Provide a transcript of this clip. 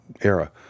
era